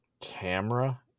Camera